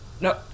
no